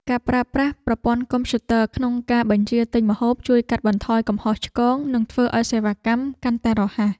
ការប្រើប្រាស់ប្រព័ន្ធកុំព្យូទ័រក្នុងការបញ្ជាទិញម្ហូបជួយកាត់បន្ថយកំហុសឆ្គងនិងធ្វើឱ្យសេវាកម្មកាន់តែរហ័ស។